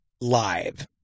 live